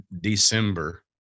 December